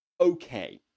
okay